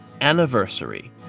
Anniversary